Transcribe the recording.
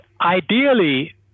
ideally